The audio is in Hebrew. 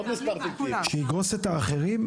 שידרוס את האחרים?